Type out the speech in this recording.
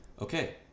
Okay